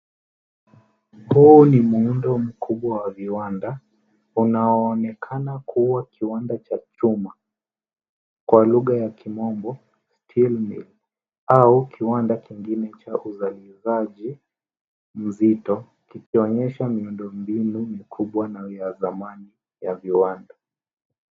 Huu ni muundo mkubwa wa viwanda unaoonekana kuwa kiwanda cha chuma kwa lugha ya kimombo steel mill au kiwanda kingine cha uzalishaji mzito kikionyesha miundombinu mikubwa na ya thamani ya viwanda.